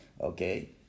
Okay